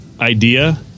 idea